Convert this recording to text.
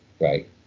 right